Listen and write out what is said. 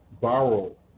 borrow